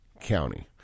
County